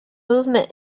movement